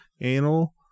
Anal